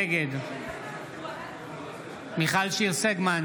נגד מיכל שיר סגמן,